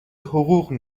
حقوق